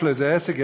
יש לו איזה עסק,